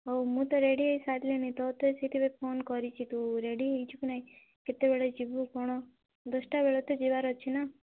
ହଉ ମୁଁ ତ ରେଡ଼ି ହେଇ ସାରିଲିଣି ତତେ ସେଥିପାଇଁ ଫୋନ୍ କରିଛି ତୁ ରେଡ଼ି ହେଇଛୁ କି ନାହିଁ କେତେବେଳେ ଯିବୁ କ'ଣ ଦଶଟା ବେଳେ ତ ଯିବାର ଅଛି ନା